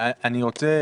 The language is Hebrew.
אני רוצה